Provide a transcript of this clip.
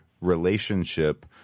relationship